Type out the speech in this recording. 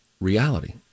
reality